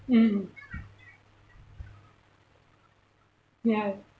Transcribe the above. mm ya